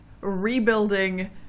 rebuilding